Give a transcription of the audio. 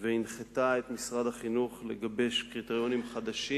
והנחתה את משרד החינוך לגבש קריטריונים חדשים,